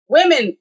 Women